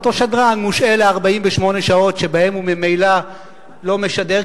אותו שדרן מושעה ל-48 שעות שבהן הוא ממילא לא משדר,